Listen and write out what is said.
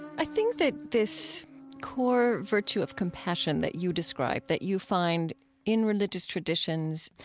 i think that this core virtue of compassion that you describe, that you find in religious traditions,